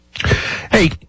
Hey